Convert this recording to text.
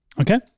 Okay